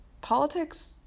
politics